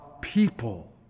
people